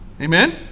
Amen